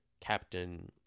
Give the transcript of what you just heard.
captain